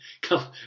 come